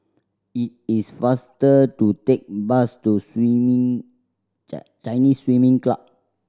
it is faster to take bus to Swimming Chinese Swimming Club